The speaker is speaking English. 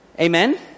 Amen